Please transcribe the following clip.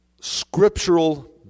scriptural